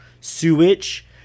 sewage